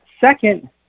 second